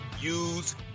use